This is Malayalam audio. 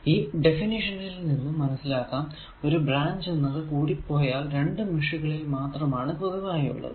ഈ ഡെഫിനിഷനിൽ നിന്നും മനസിലാക്കാം ഒരു ബ്രാഞ്ച് എന്നത് കൂടിപ്പോയാൽ രണ്ടു മേഷുകളിൽ മാത്രമാണ് പൊതുവായി ഉള്ളത്